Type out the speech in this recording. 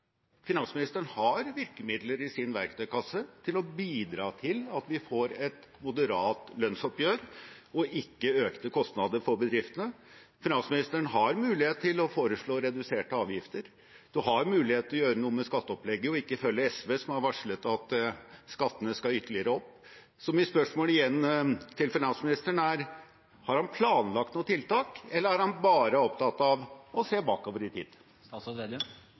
finansministeren har virkemidler i sin verktøykasse til å bidra til at vi får et moderat lønnsoppgjør og ikke økte kostnader for bedriftene. Finansministeren har mulighet til å foreslå reduserte avgifter, han har mulighet til å gjøre noe med skatteopplegget og ikke følge SV, som har varslet at skattene skal ytterligere opp. Så mitt spørsmål, igjen, til finansministeren er: Har han planlagt noen tiltak, eller er han bare opptatt av å se bakover i tid?